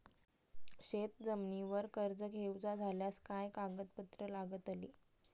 शेत जमिनीवर कर्ज घेऊचा झाल्यास काय कागदपत्र लागतली?